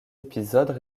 épisodes